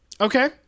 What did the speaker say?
Okay